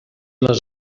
les